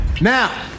Now